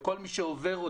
כל מי שעובר אותה,